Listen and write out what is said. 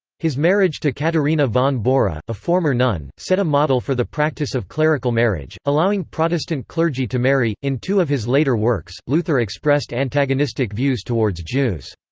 his marriage to katharina von bora, a former nun, set a model for the practice of clerical marriage, allowing protestant clergy to marry in two of his later works, luther expressed antagonistic views towards jews.